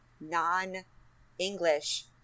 non-English